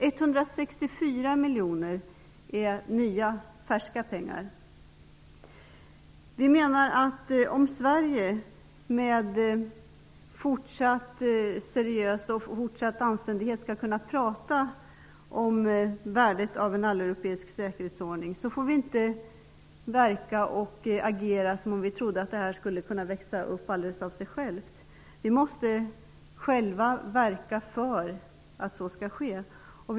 164 miljoner är nya färska pengar. Om Sverige med fortsatt anständighet skall kunna tala om värdet av en alleuropeisk säkerhetsordning får vi inte agera som om vi trodde att det skulle kunna växa upp alldeles av sig självt. Vi måste själva verka för att så skall ske.